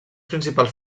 principals